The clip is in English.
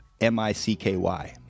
M-I-C-K-Y